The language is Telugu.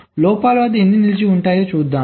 కాబట్టి లోపాల వద్ద ఎన్ని నిలిచిఉంటాయో చూద్దాం